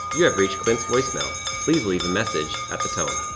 you have reached clint's voicemail, please leave a message at the tone.